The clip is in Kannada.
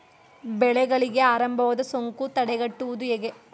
ಬೆಳೆಗಳಿಗೆ ಆರಂಭದಲ್ಲಿ ಸೋಂಕು ತಡೆಗಟ್ಟುವುದು ಹೇಗೆ?